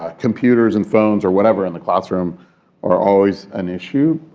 ah computers and phones or whatever in the classroom are always an issue.